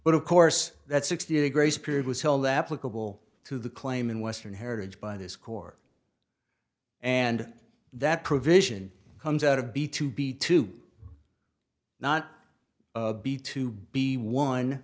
but of course that sixty a grace period was hell that clickable to the claim in western heritage by this court and that provision comes out to be to be to not be to be won